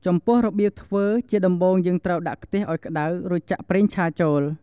ចំពោះរបៀបធ្វើ ជាដំបូងយើងត្រូវដាក់ខ្ទះឱ្យក្តៅ រួចចាក់ប្រេងឆាចូល។